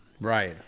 Right